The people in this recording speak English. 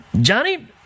Johnny